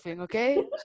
okay